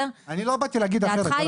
אני לא באתי להגיד אחרת.